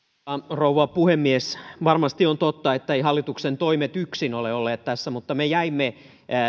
rouva puhemies varmasti on totta että hallituksen toimet eivät yksin ole olleet tässä mutta me jäimme paljon